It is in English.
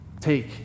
Take